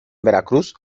veracruz